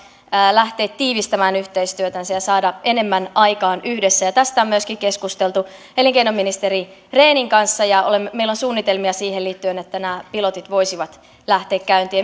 lähteä tiivistämään yhteistyötänsä ja saada enemmän aikaan yhdessä tästä on keskusteltu myöskin elinkeinoministeri rehnin kanssa ja meillä on suunnitelmia liittyen siihen että nämä pilotit voisivat lähteä käyntiin